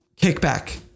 kickback